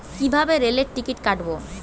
কিভাবে রেলের টিকিট কাটব?